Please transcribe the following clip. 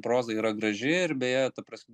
proza yra graži ir beje ta prasme